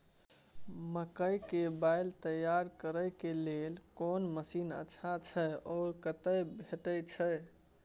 मकई के बाईल तैयारी करे के लेल कोन मसीन अच्छा छै ओ कतय भेटय छै